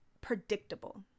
predictable